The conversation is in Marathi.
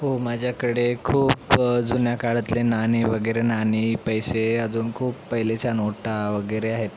हो माझ्याकडे खूप जुन्या काळातले नाणी वगैरे नाणी पैसे अजून खूप पहिलेच्या नोटा वगैरे आहेत